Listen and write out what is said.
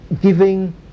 giving